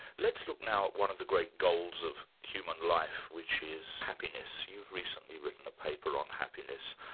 let's look now at one of the great goals of human life, which is happiness. you've recently written a paper on happiness,